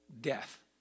death